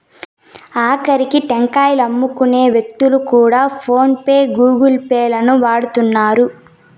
ఆకరికి టెంకాయలమ్ముకునే వ్యక్తులు కూడా ఫోన్ పే గూగుల్ పే లను వాడుతున్నారు